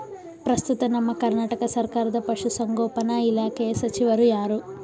ಪ್ರಸ್ತುತ ನಮ್ಮ ಕರ್ನಾಟಕ ಸರ್ಕಾರದ ಪಶು ಸಂಗೋಪನಾ ಇಲಾಖೆಯ ಸಚಿವರು ಯಾರು?